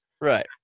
right